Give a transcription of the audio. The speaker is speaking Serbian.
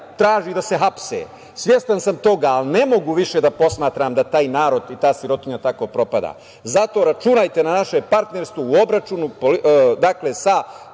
traži da se hapse. Svestan sam toga, ali ne mogu više da posmatram da taj narod i ta sirotinja tako propada. Zato računajte na naše partnerstvo u obračunu sa